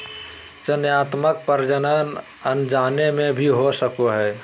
चयनात्मक प्रजनन अनजाने में भी हो सको हइ